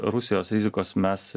rusijos rizikos mes